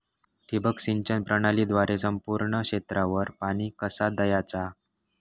ठिबक सिंचन प्रणालीद्वारे संपूर्ण क्षेत्रावर पाणी कसा दयाचा?